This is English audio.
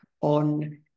on